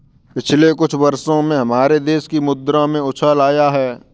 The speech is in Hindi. पिछले कुछ वर्षों में हमारे देश की मुद्रा में उछाल आया है